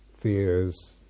fears